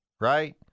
right